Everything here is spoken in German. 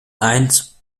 eins